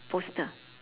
poster